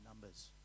numbers